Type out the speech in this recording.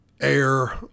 air